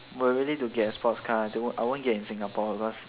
were really to get a sports car the won't I won't get in singapore because